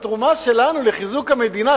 התרומה שלנו לחיזוק המדינה,